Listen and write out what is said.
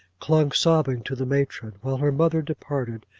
clung sobbing to the matron while her mother departed,